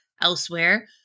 Elsewhere